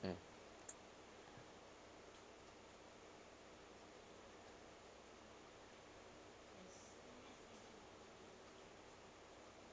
mm